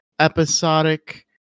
episodic